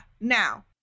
Now